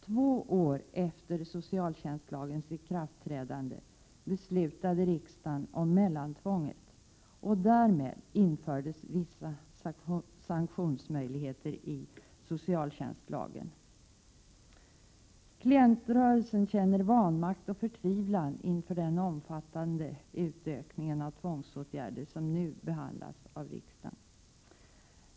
Två år efter socialtjänstlagens ikraftträdande beslutade riksdagen om mellantvånget, och därmed infördes vissa sanktionsmöjligheter i socialtjänstlagen. Klientrörelsen känner vanmakt och förtvivlan inför den omfattande utökning av tvångsåtgärderna som nu behandlas av riksdagen.